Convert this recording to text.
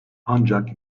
ancak